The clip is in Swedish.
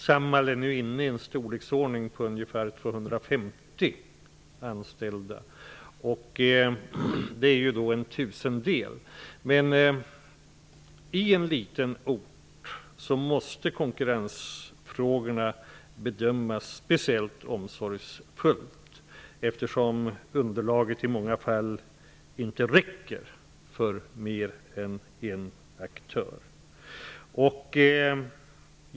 Samhall har ungefär 250 anställda, alltså en tusendel. Men på en liten ort måste konkurrensfrågorna bedömas speciellt omsorgsfullt, eftersom kundunderlaget i många fall inte räcker för mer än en aktör.